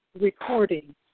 recording